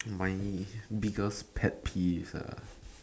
my biggest pet peeve ah